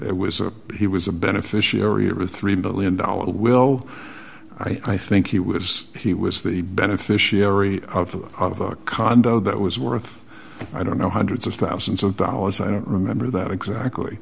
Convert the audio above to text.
it was a he was a beneficiary of a three billion dollars will i think he was he was the beneficiary of of a condo that was worth i don't know hundreds of thousands of dollars i don't remember that exactly